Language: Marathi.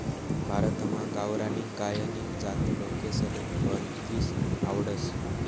भारतमा गावरानी गायनी जात लोकेसले भलतीस आवडस